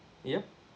yup